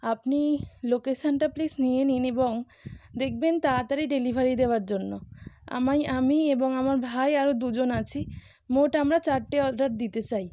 আপনি লোকেশানটা প্লিজ নিয়ে নিন এবং দেখবেন তাড়াতাড়ি ডেলিভারি দেওয়ার জন্য আমাই আমি এবং আমার ভাই আরো দুজন আছি মোট আমরা চারটে অর্ডার দিতে চাই